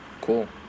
Cool